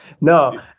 no